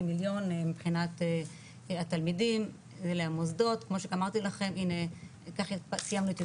מיליון מבחינת התלמידים והמוסדות כמו שאמרתי לכם כך סיימנו את